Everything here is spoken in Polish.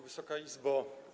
Wysoka Izbo!